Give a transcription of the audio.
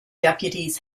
deputies